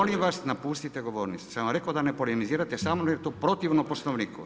Molim vas, napustite govornicu, sam vam rekao da ne polemizirate sa mnom jer je to protivno Poslovniku.